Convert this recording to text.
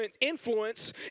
influence